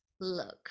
look